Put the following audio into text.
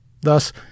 Thus